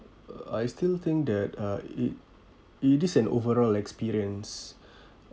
I still think that uh it it is an overall experience